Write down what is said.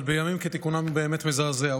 אבל בימים כתיקונם הוא באמת מזעזע.